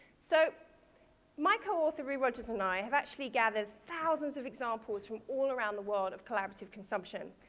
so my co-author, roo rogers, and i have actually gathered thousands of examples from all around the world of collaborative consumption.